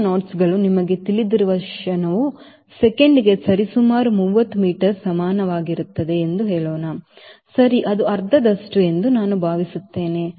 61 knotsಗಳು ನಿಮಗೆ ತಿಳಿದಿರುವ ಕ್ಷಣವು ಸೆಕೆಂಡಿಗೆ ಸರಿಸುಮಾರು 30 ಮೀಟರ್ಗೆ ಸಮನಾಗಿರುತ್ತದೆ ಎಂದು ಹೇಳೋಣ ಸರಿ ಅದು ಅರ್ಧದಷ್ಟು ಎಂದು ನಾನು ಭಾವಿಸುತ್ತೇನೆ